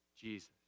Jesus